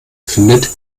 findet